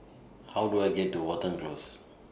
How Do I get to Watten Close